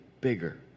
bigger